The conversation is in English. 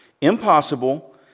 Impossible